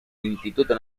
instituto